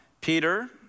Peter